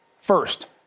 First